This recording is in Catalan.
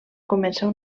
començar